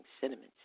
cinnamon